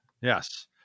Yes